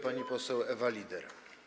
Pani poseł Ewa Lieder.